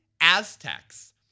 Aztecs